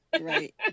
right